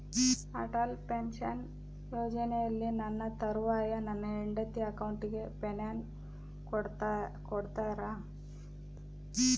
Atal pension ಯೋಜನೆಯಲ್ಲಿ ನನ್ನ ತರುವಾಯ ನನ್ನ ಹೆಂಡತಿ ಅಕೌಂಟಿಗೆ ಪೆನ್ಶನ್ ಕೊಡ್ತೇರಾ?